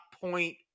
point